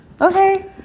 okay